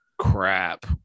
crap